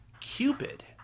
Cupid